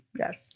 Yes